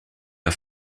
der